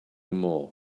more